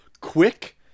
quick